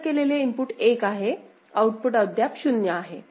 प्राप्त केलेले इनपुट 1 आहे आउटपुट अद्याप 0 आहे